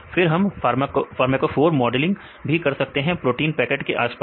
फिर हम pharmacophore modelling भी कर सकते हैं प्रोटीन पॉकेट के आसपास